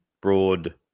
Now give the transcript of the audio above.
Broad